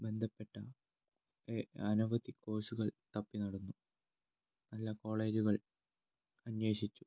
ബന്ധപ്പെട്ട അനവധി കോഴ്സുകൾ തപ്പി നടന്നു നല്ല കോളേജുകൾ അന്വേഷിച്ചു